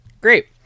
Great